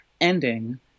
ending